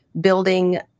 building